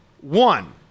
One